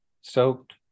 soaked